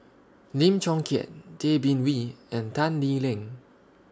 Lim Chong Keat Tay Bin Wee and Tan Lee Leng